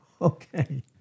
okay